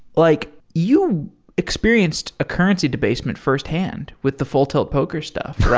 like you experienced a currency debasement firsthand with the full tilt poker stuff,